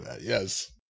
yes